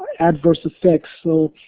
adverse effects. so